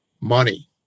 money